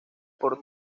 por